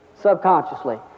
Subconsciously